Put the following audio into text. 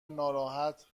ناراحت